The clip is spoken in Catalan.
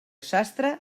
sastre